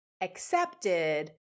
accepted